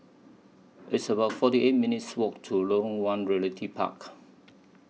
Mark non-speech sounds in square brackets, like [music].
It's about [noise] forty eight minutes' Walk to Lorong one Realty Park